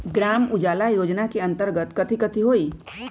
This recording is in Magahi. ग्राम उजाला योजना के अंतर्गत कथी कथी होई?